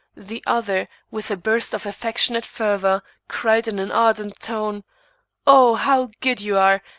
the other, with a burst of affectionate fervor, cried in an ardent tone oh, how good you are,